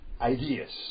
ideas